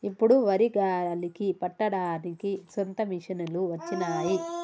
ఇప్పుడు వరి గాలికి పట్టడానికి సొంత మిషనులు వచ్చినాయి